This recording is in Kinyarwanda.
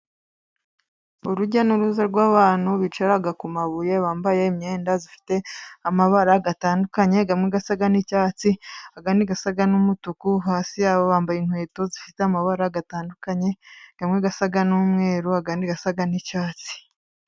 Urujya n'uruza rw'abantu bicara ku mabuye, bambaye imyenda ifite amabara atandukanye, amwe asa n'icyatsi, ayandi asa n'umutuku, hasi yabo bambaye inkweto zifite amabara atandukanye amwe asa n'umweru, ayandi asa n'icyatsi.